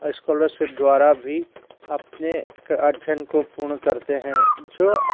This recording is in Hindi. अस्कॉलरसिप द्वारा भी अपने अध्ययन को पूर्ण करते हैं जो